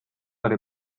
oli